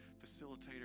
facilitator